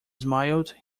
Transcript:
smiled